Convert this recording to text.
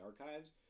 archives